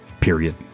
period